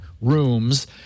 rooms